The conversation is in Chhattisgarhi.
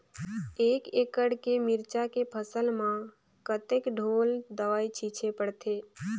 एक एकड़ के मिरचा के फसल म कतेक ढोल दवई छीचे पड़थे?